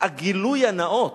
הגילוי הנאות.